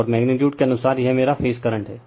और मैग्नीटयूड के अनुसार यह मेरा फेज करंट है